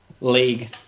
league